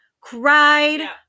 cried